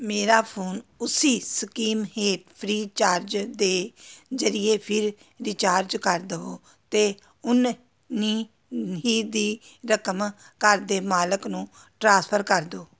ਮੇਰਾ ਫੋਨ ਉਸੀ ਸਕੀਮ ਹੇਠ ਫ੍ਰੀਚਾਰਜ ਦੇ ਜ਼ਰੀਏ ਫਿਰ ਰਿਚਾਰਜ ਕਰ ਦੇਵੋ ਅਤੇ ਓਨੇ ਨੀ ਹੀ ਦੀ ਰਕਮ ਘਰ ਦੇ ਮਾਲਕ ਨੂੰ ਟ੍ਰਾਂਸਫਰ ਕਰ ਦਿਓ